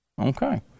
Okay